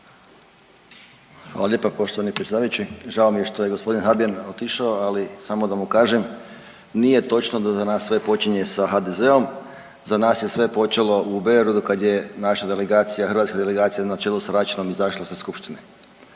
Hvala lijepa poštovani predsjedavajući. Žao mi je što je gospodin Habijan otišao, ali samo da mu kažem nije točno da za nas sve počinje sa HDZ-om. Za nas je sve počelo u Beogradu kada je naša delegacija, hrvatska delegacija na čelu sa Račanom izašla sa Skupštine.